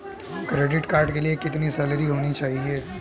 Credit card के लिए कितनी सैलरी होनी चाहिए?